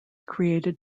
created